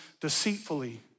deceitfully